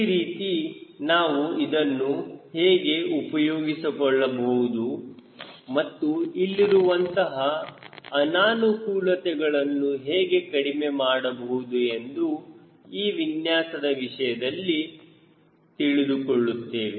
ಈ ರೀತಿ ನಾವು ಇದನ್ನು ಹೇಗೆ ಉಪಯೋಗಿಸಿಕೊಳ್ಳಬಹುದು ಮತ್ತು ಇಲ್ಲಿರುವಂತಹ ಅನಾನುಕೂಲತೆಗಳನ್ನು ಹೇಗೆ ಕಡಿಮೆ ಮಾಡಬಹುದು ಎಂದು ಈ ವಿನ್ಯಾಸದ ವಿಷಯದಲ್ಲಿ ತಿಳಿದುಕೊಳ್ಳುತ್ತೇವೆ